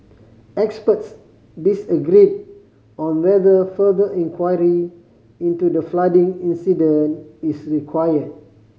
experts disagreed on whether further inquiry into the flooding incident is required